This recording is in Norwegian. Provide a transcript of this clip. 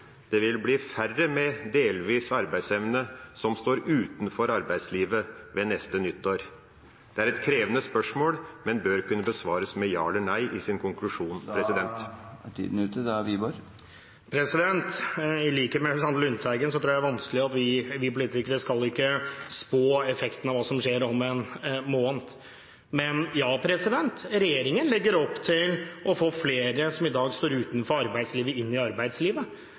er: Vil regjeringas budsjett føre med seg at det vil bli færre med delvis arbeidsevne som står utenfor arbeidslivet ved neste nyttår? Det er et krevende spørsmål, men bør kunne besvares med ja eller nei i sin konklusjon. I likhet med representanten Lundteigen tror jeg ikke vi politikere skal spå effekten av hva som skjer om en måned. Men ja, regjeringen legger opp til å få flere som i dag står utenfor arbeidslivet, inn i arbeidslivet.